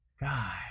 god